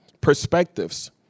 perspectives